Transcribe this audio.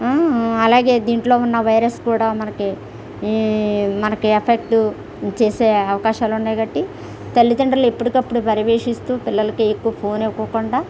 అలాగే దీంట్లో ఉన్న వైరస్ కూడా మనకి మనకి ఎఫెక్ట్ చేసే అవకాశాలు ఉన్నాయి కాబట్టి తల్లిదండ్రులు ఎప్పటికప్పుడు పర్యవేక్షిస్తూ పిల్లలకి ఎక్కువ ఫోన్ ఇవ్వకుండా